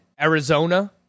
Arizona